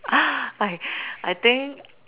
I I think